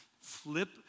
flip